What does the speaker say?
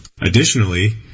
Additionally